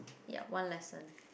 ya one lesson